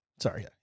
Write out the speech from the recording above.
Sorry